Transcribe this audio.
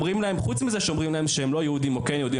וחוץ מזה שאומרים להם שהם לא יהודים או כן יהודים,